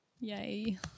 yay